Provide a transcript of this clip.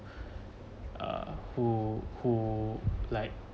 err who who like